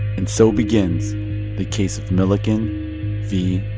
and so begins the case of milliken v.